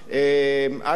אגב,